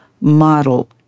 model